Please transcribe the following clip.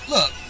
Look